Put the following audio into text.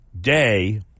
Day